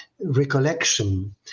recollection